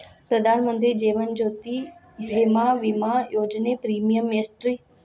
ಪ್ರಧಾನ ಮಂತ್ರಿ ಜೇವನ ಜ್ಯೋತಿ ಭೇಮಾ, ವಿಮಾ ಯೋಜನೆ ಪ್ರೇಮಿಯಂ ಎಷ್ಟ್ರಿ?